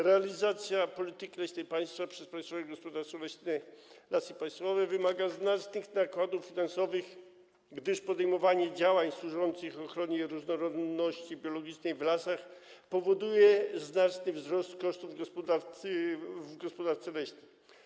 Realizacja polityki leśnej państwa przez Państwowe Gospodarstwo Leśne Lasy Państwowe wymaga znacznych nakładów finansowych, gdyż podejmowanie działań służących ochronie różnorodności biologicznej w lasach powoduje znaczny wzrost kosztów w gospodarce leśnej.